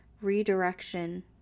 Redirection